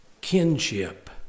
kinship